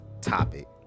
topic